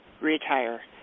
Retire